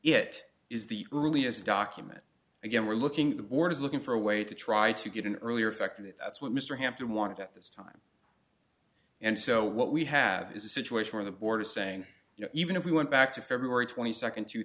it is the earliest document again we're looking at the board is looking for a way to try to get an earlier effect that's what mr hampton wanted at this time and so what we have is a situation where the board is saying you know even if we went back to february twenty second two